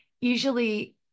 usually